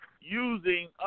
using